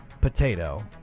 Potato